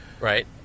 Right